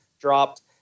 dropped